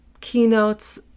keynotes